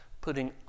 putting